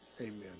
Amen